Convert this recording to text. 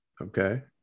Okay